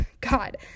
God